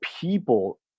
people